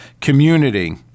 community